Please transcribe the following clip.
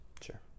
Sure